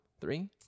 Three